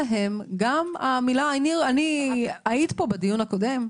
--- לא, היית פה בדיון הקודם,